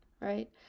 right